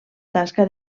tasca